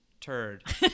turd